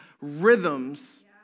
rhythms